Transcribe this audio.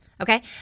okay